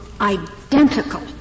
identical